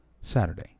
Saturday